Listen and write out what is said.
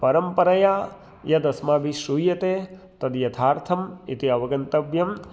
परम्परया यद् अस्माभिः श्रूयते तद् यथार्थम् इति अवगन्तव्यम्